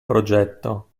progetto